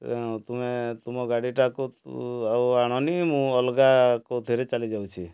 ତୁମେ ତୁମ ଗାଡ଼ିଟାକୁ ଆଉ ଆଣନି ମୁଁ ଅଲ୍ଗା କୋଉଥିରେ ଚାଲିଯାଉଛି